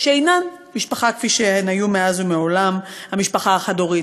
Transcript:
שאינן משפחה כפי שההיא הייתה מאז ומעולם: המשפחה החד-הורית,